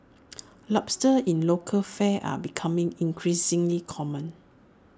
lobsters in local fare are becoming increasingly common